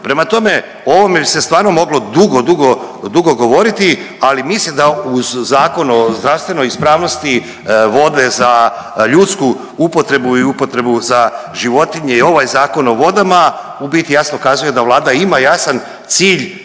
Prema tome, o ovome bi se stvarno moglo dugo, dugo, dugo govoriti, ali mislim da uz Zakon o zdravstvenoj ispravnosti vode za ljudsku upotrebu i upotrebu za životinje i ovaj Zakon o vodama u biti jasno kazuje da Vlada ima jasan cilj